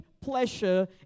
pleasure